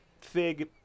fig